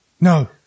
No